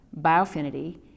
Biofinity